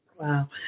Wow